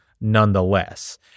nonetheless